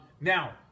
Now